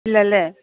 ഇല്ലല്ലേ